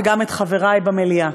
וגם את חברי במליאה: